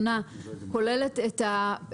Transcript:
ואז מכנסים פעם אחת את ועדת הכנסת.